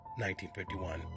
1951